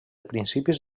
principis